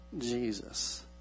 jesus